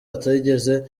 atigeze